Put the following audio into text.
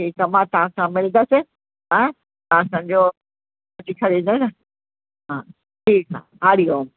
ठीकु आहे मां तव्हां सां मिलंदसि हा तव्हां सॼो ॾेखारींदव न हा ठीकु आहे हरि ओम